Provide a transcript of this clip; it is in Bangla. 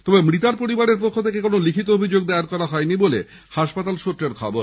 তবে মৃতার পরিবারের পক্ষ থেকে কোনো লিখিত অভিযোগ দায়ের করা হয়নি বলে হাসপাতাল সূত্রের খবর